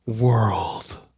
World